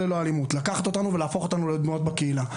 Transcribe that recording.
לקחת אותנו ולהפוך אותנו לדמויות בקהילה.